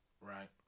right